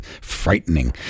frightening